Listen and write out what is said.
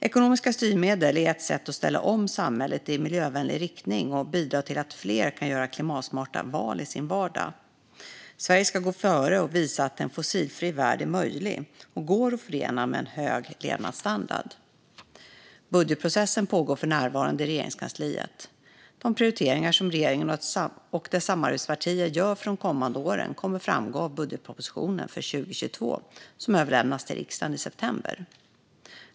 Ekonomiska styrmedel är ett sätt att ställa om samhället i miljövänlig riktning och bidra till att fler kan göra klimatsmarta val i sin vardag. Sverige ska gå före och visa att en fossilfri värld är möjlig och går att förena med en hög levnadsstandard. Budgetprocessen pågår för närvarande i Regeringskansliet. De prioriteringar som regeringen och dess samarbetspartier gör för de kommande åren kommer att framgå av budgetpropositionen för 2022, som överlämnas till riksdagen i september.